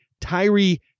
Tyree